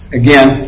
again